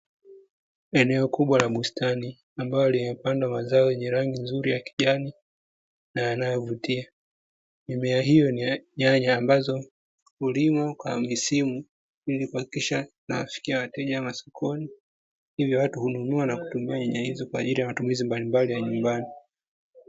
Eneo kubwa la bustani, ambalo limepandwa mazao yenye rangi nzuri ya kijani na yanayovutia, mimea hiyo ni nyanya ambazo hulimwa kwa misimu ili kuhakikisha inawafikia wateja masokoni. Hivyo watu hununua na kutumia nyanya hizo kwa ajili ya matumizi mbalimbali ya nyumbani.